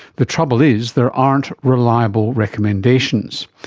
the trouble is, there aren't reliable recommendations.